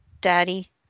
Daddy